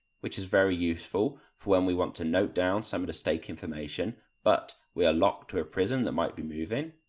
which is very useful for when we want to note down some of the stake information, but we are locked to a prism that might be moving.